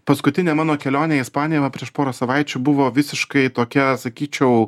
paskutinė mano kelionė į ispaniją va prieš porą savaičių buvo visiškai tokia sakyčiau